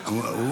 היא